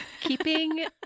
Keeping